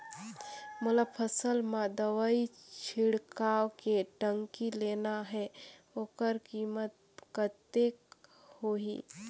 मोला फसल मां दवाई छिड़काव के टंकी लेना हे ओकर कीमत कतेक होही?